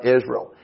Israel